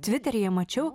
tviteryje mačiau